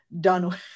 done